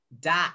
Dot